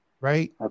Right